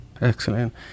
Excellent